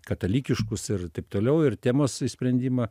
katalikiškus ir taip toliau ir temos išsprendimą